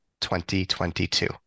2022